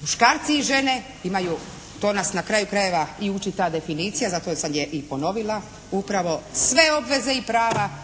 Muškarci i žene imaju, to nas na kraju krajeva i uči ta definicija, zato sam je i ponovila, upravo sve obveze i prava